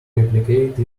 replicate